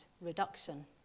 reduction